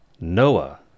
Noah